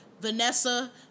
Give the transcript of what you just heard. Vanessa